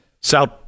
South